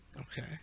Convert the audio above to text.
Okay